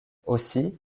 aussi